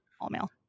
all-male